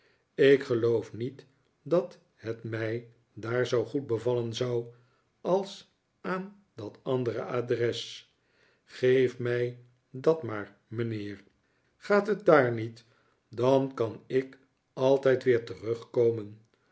ik geloof niet dat het mij daar zoo goed bevallen zou als aan dat andere adres geef mij dat maar mijnheer gaat het daar niet dan kan ik altijd weer terugkomen